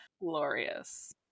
glorious